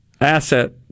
asset